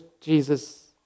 Jesus